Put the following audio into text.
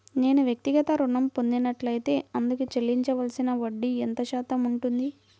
నేను వ్యక్తిగత ఋణం పొందినట్లైతే అందుకు చెల్లించవలసిన వడ్డీ ఎంత శాతం ఉంటుంది?